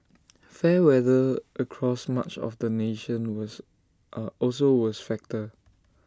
fair weather across much of the nation was also was factor